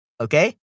Okay